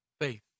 Faith